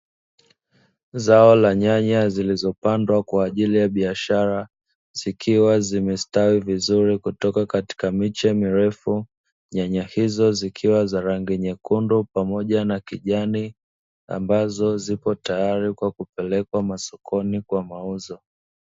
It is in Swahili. Zao la nyanya zilizopandwa kwa ajili ya biashara, zikiwa zimestawi vizuri kutoka katika miche mirefu nyanya hizo zikiwa za rangi nyekundu pamoja na kijani ambazo ziko tayari kwa kupelekwa masokoni kwa mauzo.